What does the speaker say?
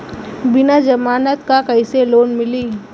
बिना जमानत क कइसे लोन मिली?